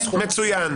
מצוין.